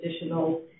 additional